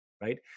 right